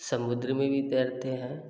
समुद्र में भी तैरते हैं